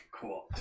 cool